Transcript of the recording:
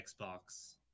xbox